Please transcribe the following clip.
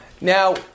Now